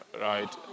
Right